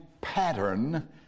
pattern